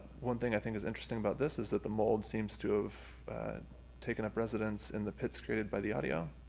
one thing i think is interesting about this is that the mold seems to have taken up residence in the pits created by the audio.